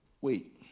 Wait